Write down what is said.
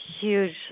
huge